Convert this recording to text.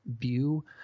view